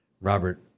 Robert